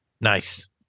Nice